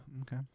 Okay